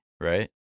right